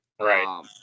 Right